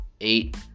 eight